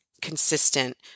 consistent